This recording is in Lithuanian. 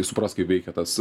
supras kaip veikia tas